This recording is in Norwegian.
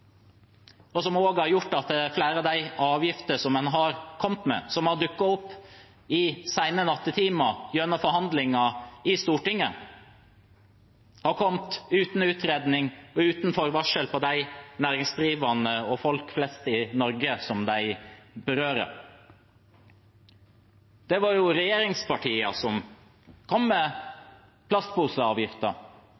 som også har gjort at flere av de avgiftene som en har kommet med, og som har dukket opp i sene nattetimer gjennom forhandlinger i Stortinget, har kommet uten utredning og uten forvarsel for de næringsdrivende og for folk flest i Norge, som de berører. Det var regjeringspartiene som kom med